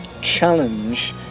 challenge